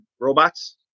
robots